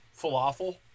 Falafel